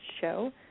show